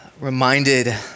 reminded